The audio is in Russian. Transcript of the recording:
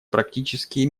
практические